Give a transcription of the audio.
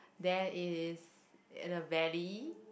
then it is in a valley